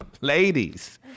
Ladies